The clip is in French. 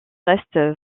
reste